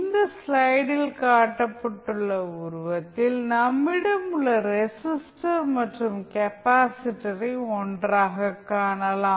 இந்த ஸ்லைடில் காட்டப்பட்டுள்ள உருவத்தில் நம்மிடம் உள்ள ரெசிஸ்டர் மற்றும் கெப்பாசிட்டரை ஒன்றாக காணலாம்